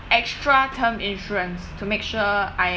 extra term insurance to make sure I